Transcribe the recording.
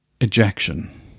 ejection